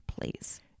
Please